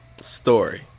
story